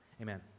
Amen